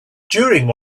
during